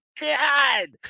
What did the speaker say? God